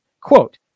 quote